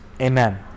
Amen